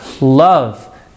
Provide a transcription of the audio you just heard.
love